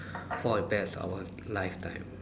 for the best our lifetime